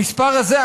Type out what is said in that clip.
המספר הזה,